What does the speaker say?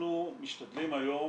אנחנו משתדלים היום,